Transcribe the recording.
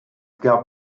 gab